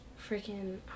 freaking